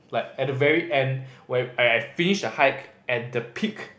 like at the very end where I finish the hike at the peak